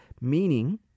meaning